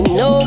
no